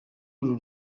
uru